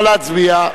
נא להצביע.